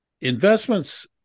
investments